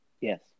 Yes